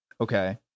Okay